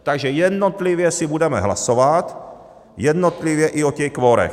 Takže jednotlivě si budeme hlasovat, jednotlivě i o těch kvorech.